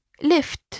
Lift